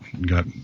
got